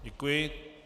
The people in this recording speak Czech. Děkuji.